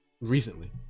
recently